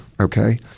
okay